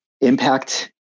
impact